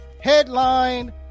headline